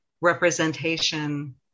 representation